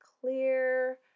clear